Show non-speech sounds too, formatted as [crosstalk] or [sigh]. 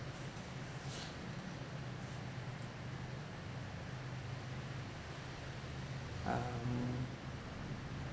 [noise] um